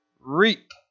Reap